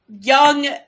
young